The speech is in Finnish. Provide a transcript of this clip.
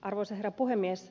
arvoisa herra puhemies